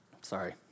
sorry